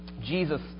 Jesus